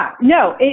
no